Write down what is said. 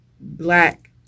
Black